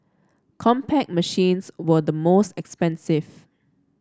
Compaq machines were the most expensive